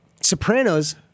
*Sopranos*